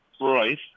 Right